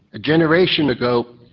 a generation ago,